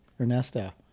Ernesto